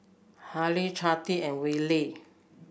Hailee Cathi and Willy